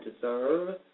deserve